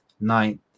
ninth